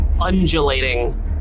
undulating